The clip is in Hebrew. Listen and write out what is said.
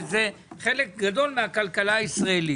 וזה חלק גדול מהכלכלה הישראלית.